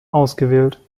ausgewählt